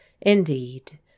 Indeed